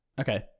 Okay